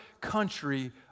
country